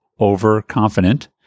overconfident